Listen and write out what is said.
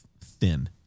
thin